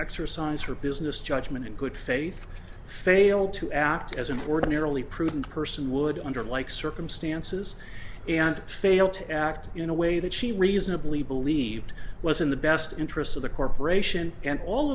exercise her business judgment in good faith fail to act as an ordinarily prudent person would under like circumstances and fail to act in a way that she reasonably believed was in the best interests of the corporation and all